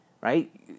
right